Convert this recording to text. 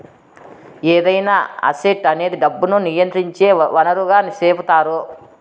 ఏదైనా అసెట్ అనేది డబ్బును నియంత్రించే వనరుగా సెపుతారు